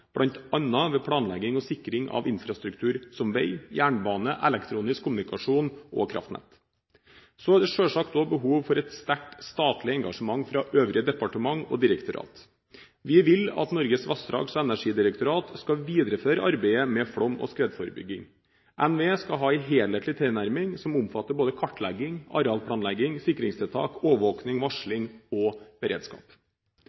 bl.a. ved planlegging og sikring av infrastruktur som vei, jernbane, elektronisk kommunikasjon og kraftnett. Så er det selvsagt også behov for et sterkt statlig engasjement fra øvrige departementer og direktorat. Vi vil at Norges vassdrags- og energidirektorat skal videreføre arbeidet med flom- og skredforebygging. NVE skal ha en helhetlig tilnærming som omfatter både kartlegging, arealplanlegging, sikringstiltak,